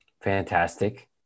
fantastic